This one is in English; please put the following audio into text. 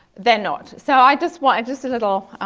they're not. so i just want, just a little